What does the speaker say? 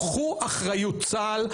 קחו אחריות, צה"ל.